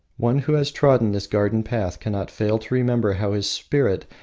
one who has trodden this garden path cannot fail to remember how his spirit,